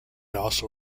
also